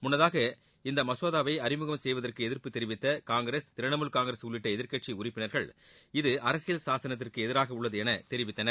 முள்ளதாக இந்த மசோதாவை அறிமுகம் செய்வதற்கு எதிர்ப்பு தெரிவித்த காங்கிரஸ் திரிணமூல் காங்கிரஸ் உள்ளிட்ட எதிர்க்கட்சி உறுப்பினர்கள் இது அரசியல் சாசனத்திற்கு எதிராக உள்ளது என தெரிவித்தனர்